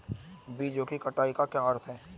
बीजों की कटाई का क्या अर्थ है?